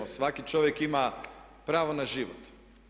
Svaki čovjek ima pravo na život.